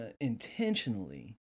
intentionally